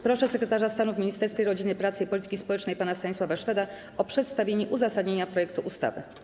Proszę sekretarza stanu w Ministerstwie Rodziny, Pracy i Polityki Społecznej pana Stanisława Szweda o przedstawienie uzasadnienia projektu ustawy.